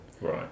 Right